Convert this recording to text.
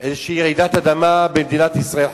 גם איזושהי רעידת אדמה במדינת ישראל,